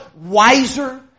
wiser